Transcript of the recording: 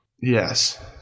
Yes